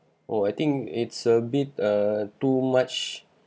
oh I think it's a bit uh too much